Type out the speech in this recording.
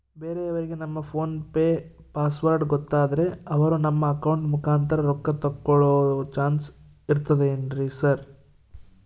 ಬೇರೆಯವರಿಗೆ ನಮ್ಮ PhonePe password ಗೊತ್ತಾದ್ರೆ ಅವರು ನಮ್ಮ ಅಕೌಂಟ್ ಮುಖಾಂತರ ರೊಕ್ಕ ತಕ್ಕೊಳ್ಳೋ ಚಾನ್ಸ್ ಇರ್ತದೆನ್ರಿ ಸರ್?